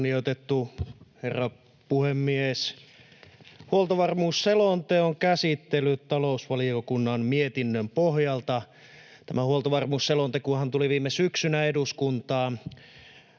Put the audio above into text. Kunnioitettu herra puhemies! Huoltovarmuusselonteon käsittely talousvaliokunnan mietinnön pohjalta — tämä huoltovarmuusselontekohan tuli viime syksynä eduskuntaan.